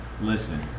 listen